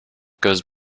goes